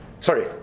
Sorry